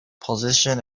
position